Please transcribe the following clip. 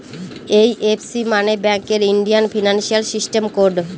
IFC মানে ব্যাঙ্কের Indian financial system code